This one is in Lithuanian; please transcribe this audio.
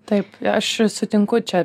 taip aš sutinku čia